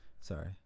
Sorry